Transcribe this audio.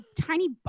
tiny